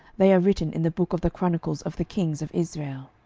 they are written in the book of the chronicles of the kings of israel.